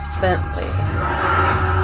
Bentley